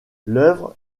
l’œuvre